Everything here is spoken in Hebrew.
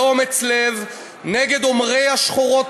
באומץ לב נגד אומרי השחורות,